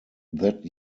that